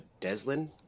Deslin